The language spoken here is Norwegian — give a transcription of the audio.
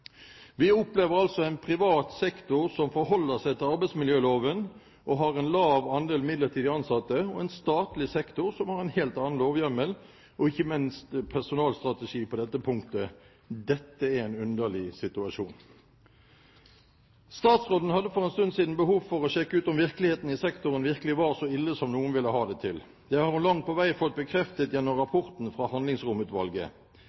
Vi opplever altså en privat sektor som forholder seg til arbeidsmiljøloven og har en lav andel midlertidig ansatte, og en statlig sektor som har en helt annen lovhjemmel og ikke minst personalstrategi på dette punktet. Dette er en underlig situasjon. Statsråden hadde for en stund siden behov for å sjekke ut om virkeligheten i sektoren virkelig var så ille som noen ville ha det til. Det har hun langt på vei fått bekreftet gjennom